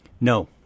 No